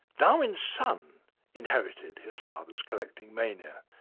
darwin's son inherited his father's collecting mania,